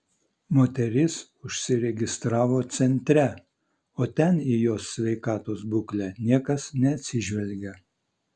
moteris užsiregistravo centre o ten į jos sveikatos būklę niekas neatsižvelgia